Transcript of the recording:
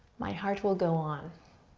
my heart will go on.